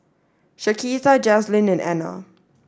Shaquita Jazlyn and Anna